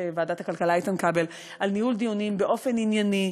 ועדת הכלכלה איתן כבל על ניהול דיונים באופן ענייני,